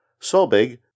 Sobig